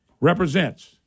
represents